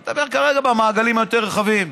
אני מדבר כרגע על המעגלים היותר-רחבים.